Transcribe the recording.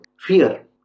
fear